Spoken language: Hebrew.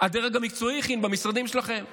הדרג המקצועי במשרדים שלכם הכין.